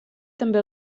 també